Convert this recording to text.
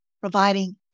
providing